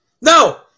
No